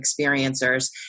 experiencers